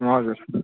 हजुर